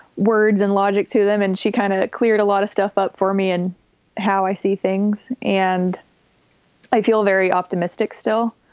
words and logic to them. and she kind of cleared a lot of stuff up for me and how i see things. and i feel very optimistic still.